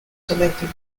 selected